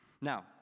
Now